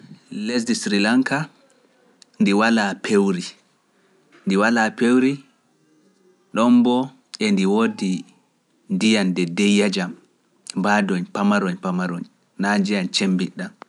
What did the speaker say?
Lesdi Sri Lanka ndi walaa pewri ndi walaa pewri ɗon mbo e ndi wodi ndiyam nde deyya jaam mbaadoñ pamaroñ pamaroñ na njiyam cemmbiɗa ɗam